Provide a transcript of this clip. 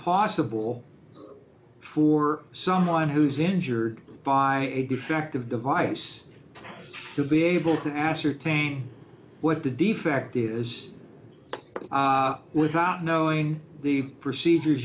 possible for someone who's injured by a defective device to be able to ascertain what the defect is without knowing the procedures